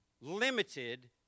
limited